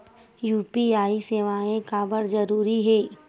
UPI सेवाएं काबर जरूरी हे?